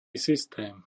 systém